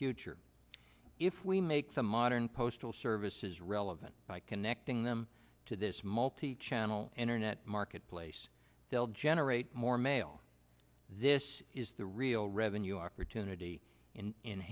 future if we make some modern postal services relevant by connecting them to this multi channel internet marketplace they'll generate more mail this is the real revenue opportunity in